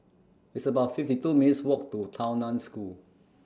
It's about fifty two minutes' Walk to Tao NAN School